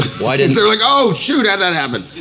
why didn't. they're like. oh shoot, how'd that happen?